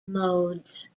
modes